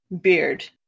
Beard